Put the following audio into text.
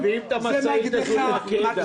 מביאים את המשאית הזו עם --- איזה טרקטורים?